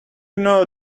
know